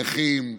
נכים,